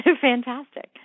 fantastic